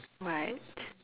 what